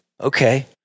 Okay